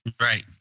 Right